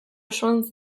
osoan